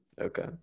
Okay